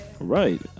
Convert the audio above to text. Right